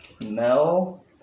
Mel